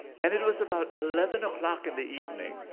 and it was about eleven o'clock in the evening.